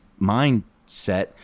mindset